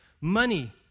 money